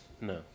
No